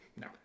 No